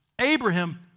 Abraham